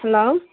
hello